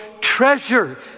treasure